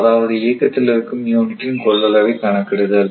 அதாவது இயக்கத்தில் இருக்கும் யூனிட்டின் கொள்ளளவை கணக்கிடுதல்